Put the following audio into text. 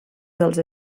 dels